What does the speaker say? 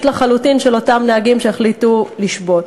לחלוטין של אותם נהגים שהחליטו לשבות.